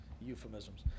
euphemisms